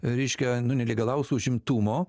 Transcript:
reiškia nu nelegalaus užimtumo